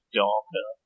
darker